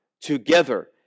together